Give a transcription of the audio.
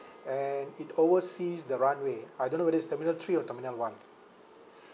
and it oversees the runway I don't know whether it's terminal three or terminal one